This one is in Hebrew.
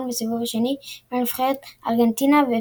בסיבוב השני בין נבחרות ארגנטינה ופרו.